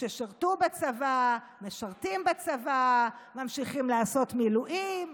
ששירתו בצבא, משרתים בצבא, ממשיכים לעשות מילואים,